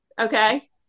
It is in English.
okay